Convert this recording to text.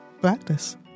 practice